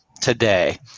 today